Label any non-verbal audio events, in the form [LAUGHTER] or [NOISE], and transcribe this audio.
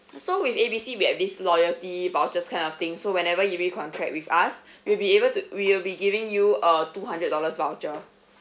so with A B C we have this loyalty vouchers kind of thing so whenever you be contract with us [BREATH] we'll be able to we will be giving you a two hundred dollars voucher